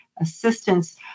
assistance